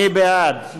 מי בעד?